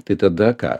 tai tada ką